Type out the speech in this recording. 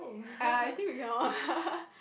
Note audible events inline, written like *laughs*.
ya I think we cannot *laughs*